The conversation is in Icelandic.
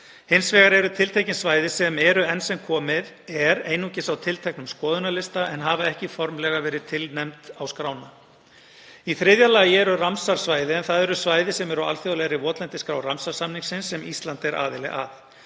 Hins vegar eru tiltekin svæði sem eru enn sem komið einungis á tilteknum skoðunarlista en hafa ekki formlega verið tilnefnd á skrána. Í þriðja lagi eru Ramsar-svæði en það eru svæði sem eru á alþjóðlegri votlendisskrá Ramsar-samningsins sem Ísland er aðili að.